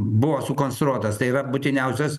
buvo sukonstruotas tai yra būtiniausios